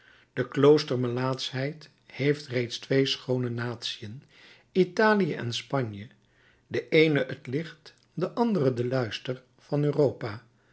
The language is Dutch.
de klooster melaatschheid heeft reeds twee schoone natiën italië en spanje de eene het licht de andere de luister van europa